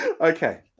okay